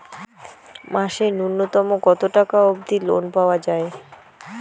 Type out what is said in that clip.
মাসে নূন্যতম কতো টাকা অব্দি লোন পাওয়া যায়?